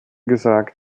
gesagt